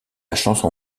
chanson